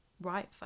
right